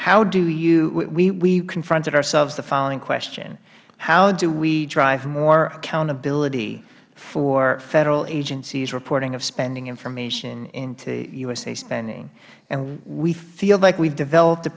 how do you we have confronted ourselves the following question how do we drive more accountability for federal agencies reporting of spending information into usaspending gov we feel like we have developed a